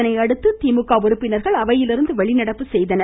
இதனையடுத்து திமுக உறுப்பினர்கள் அவையிலிருந்து வெளிநடப்பு செய்தனர்